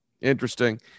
Interesting